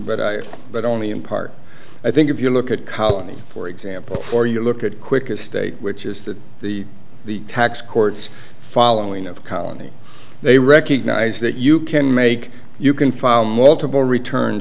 but i but only in part i think if you look at colonies for example or you look at quick estate which is that the the tax courts following of colonie they recognize that you can make you can file multiple returns